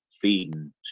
feeding